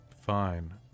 fine